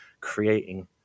creating